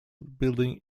building